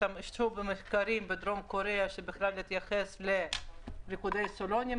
השתמשו במחקרים מדרום קוריאה שהתייחסו בכלל לריקודים סלוניים.